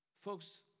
Folks